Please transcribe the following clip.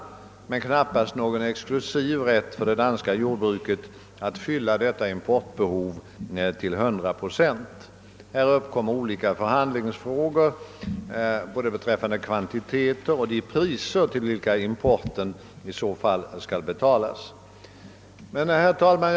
Det torde emellertid knappast bli fråga om någon exklusiv rätt för Danmark att fylla detta importbehov till hundra procent. Här uppkommer olika förhandlingsfrågor både beträffande kvantiteter och de priser till vilka importen i så fall skall betalas. Herr talman!